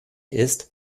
ist